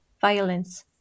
violence